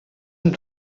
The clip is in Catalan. amb